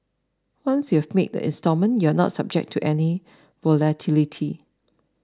once you have made the installment you are not subject to any volatility